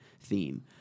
theme